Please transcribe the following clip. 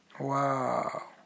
wow